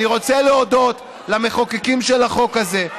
אני רוצה להודות למחוקקים של החוק הזה,